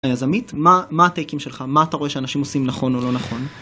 היזמית, מה-מה הטייקים שלך? מה אתה רואה שאנשים עושים נכון או לא נכון?